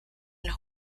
los